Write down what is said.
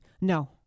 No